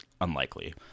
unlikely